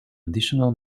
additional